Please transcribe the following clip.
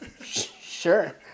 sure